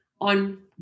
on